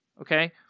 okay